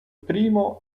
primo